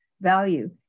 value